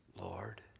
Lord